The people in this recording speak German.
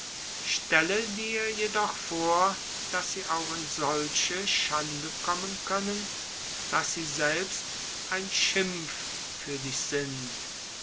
stelle dir jedoch vor daß sie auch in solche schande kommen können daß sie selbst ein schimpf für dich sind